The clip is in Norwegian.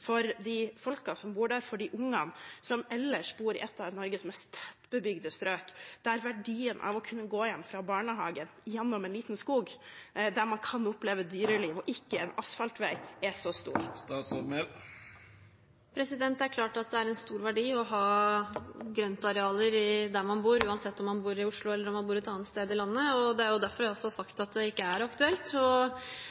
for de folkene som bor der, for de ungene som ellers bor i et av Norges mest tettbebygde strøk, der verdien av å kunne gå hjem fra barnehagen gjennom en liten skog der man kan oppleve dyreliv og ikke asfaltvei, er så stor? Det er klart at det er en stor verdi å ha grøntarealer der man bor, uansett om man bor i Oslo eller et annet sted i landet. Det er jo også derfor jeg